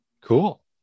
Cool